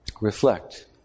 Reflect